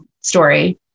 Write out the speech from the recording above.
story